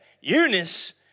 Eunice